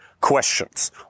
questions